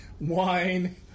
wine